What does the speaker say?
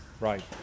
Right